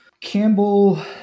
Campbell